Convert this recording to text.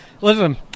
Listen